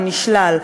או נשלל.